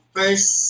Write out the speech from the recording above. First